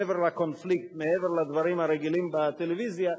מעבר לקונפליקט, מעבר לדברים הרגילים בטלוויזיה,